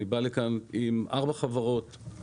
אני בא לכאן עם ארבע חברות,